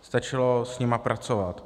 Stačilo s nimi pracovat.